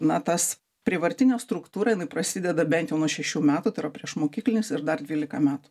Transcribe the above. na tas prievartinė struktūra jinai prasideda bent jau nuo šešių metų tai yra priešmokyklinis ir dar dvylika metų